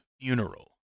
funeral